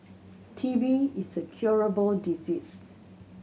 T B is a curable disease